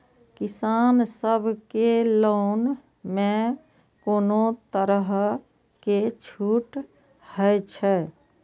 किसान सब के लोन में कोनो तरह के छूट हे छे?